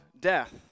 death